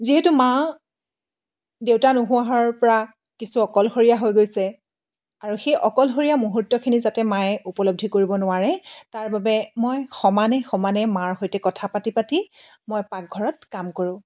যিহেতু মা দেউতা নোহোৱা হোৱাৰ পৰা কিছু অকলশৰীয়া হৈ গৈছে আৰু সেই অকলশৰীয়া মুহূৰ্তখিনি যাতে মায়ে উপলদ্ধি কৰিব নোৱাৰে তাৰ বাবে মই সমানে সমানে মাৰ সৈতে কথা পাতি পাতি মই পাকঘৰত কাম কৰোঁ